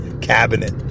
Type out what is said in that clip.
Cabinet